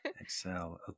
Excel